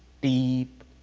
deep